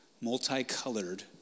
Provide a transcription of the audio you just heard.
multicolored